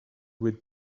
with